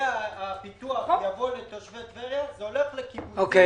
והפיתוח יבוא לתושבי טבריה, זה הולך לכיוון אחר.